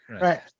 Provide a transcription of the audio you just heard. Right